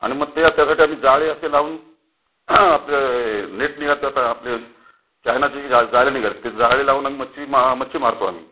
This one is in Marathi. आणि मग ते आत त्यासाठी आम्ही जाळे असे लावून आपले नेट निघते ते आता आपले चायनाची जा जाळं निघाले ते जाळे लावून आम मच्छी मा मच्छी मारतो आम्ही